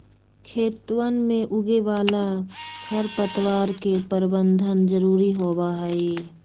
खेतवन में उगे वाला खरपतवार के प्रबंधन जरूरी होबा हई